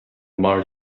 mar